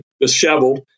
disheveled